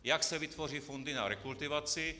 Jak se vytvoří fondy na rekultivaci?